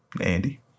Andy